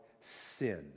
sin